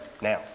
now